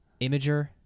imager